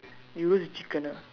you roast the chicken ah